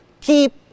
keep